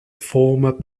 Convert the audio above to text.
former